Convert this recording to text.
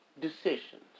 decisions